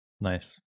Nice